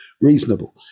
reasonable